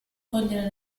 cogliere